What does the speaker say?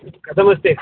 कथमस्ति